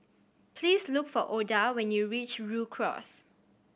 please look for Oda when you reach Rhu Cross